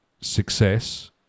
success